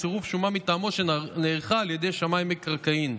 בצירוף שומה מטעמו שנערכה על ידי שמאי מקרקעין.